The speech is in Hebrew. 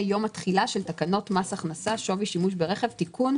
יום התחילה של תקנות מס הכנסה (שווי שימוש ברכב)(תיקון),